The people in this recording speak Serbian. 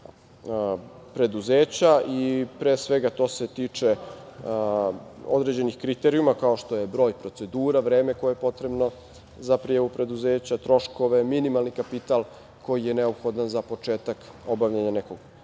preduzeća i pre svega toga se tiče određenih kriterijuma kao što je broj procedura, vreme koje je potrebno za prijavu preduzeća, troškove, minimalni kapital koji je neophodan za početak obavljanja nekog